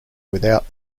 without